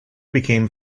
became